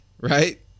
right